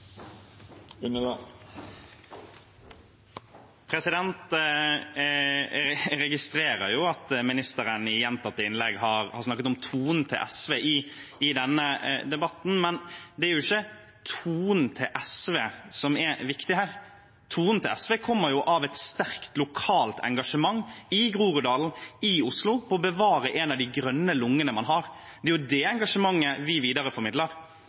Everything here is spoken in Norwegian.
lokalbefolkningen. Jeg registrerer at ministeren i gjentatte innlegg har snakket om tonen til SV i denne debatten, men det er ikke tonen til SV som er viktig her. Tonen til SV kommer av et sterkt lokalt engasjement i Groruddalen i Oslo for å bevare en av de grønne lungene man har. Det er jo det engasjementet vi